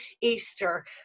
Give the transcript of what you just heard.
Easter